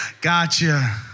Gotcha